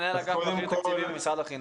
מנהל אגף בכיר תקציבים במשרד החינוך.